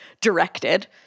directed